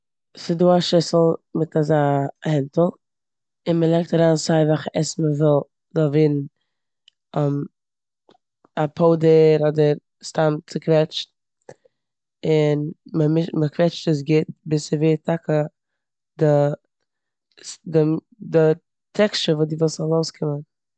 ס'דא א שיסל מיט אזא הענטל און מ'לייגט אריין סיי וועלכע עסן מ'וויל זאל ווערן א פאודער אדער סתם צוקוועטשט און מ'מו- מ'קוועטשט עס גוט ביז ס'ווערט טאקע די ס- די טעקסטשער וואס די ווילסט ס'זאל אויסקומען.